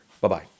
Bye-bye